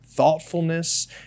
Thoughtfulness